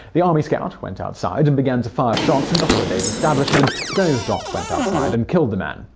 the army scout went outside and began to fire shots into holliday's establishment. so, doc went outside and killed the man.